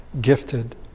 gifted